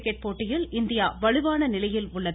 cricket போட்டியில் India வலுவான நிலையில் உள்ளது